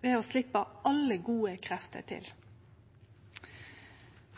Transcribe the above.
ved å sleppe alle gode krefter til.